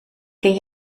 ken